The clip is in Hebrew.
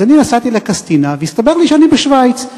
אז אני נסעתי לקסטינה, והסתבר לי שאני בשווייץ.